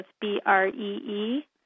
B-R-E-E